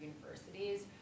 universities